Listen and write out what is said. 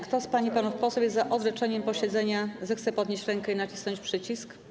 Kto z pań i panów posłów jest za odroczeniem posiedzenia, zechce podnieść rękę i nacisnąć przycisk.